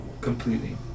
completely